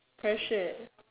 passion